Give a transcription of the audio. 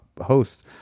hosts